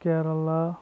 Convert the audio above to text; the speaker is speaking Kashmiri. کیرلا